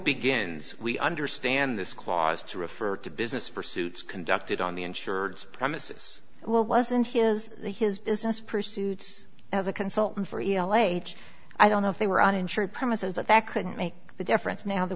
begins we understand this clause to refer to business pursuits conducted on the insureds premises wasn't his his business pursuits as a consultant for equal age i don't know if they were uninsured premises but that couldn't make the difference now that